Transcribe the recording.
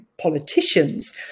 politicians